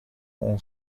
اون